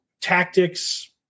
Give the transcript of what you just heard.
tactics